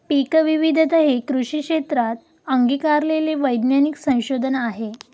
पीकविविधता हे कृषी क्षेत्रात अंगीकारलेले वैज्ञानिक संशोधन आहे